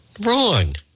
Wrong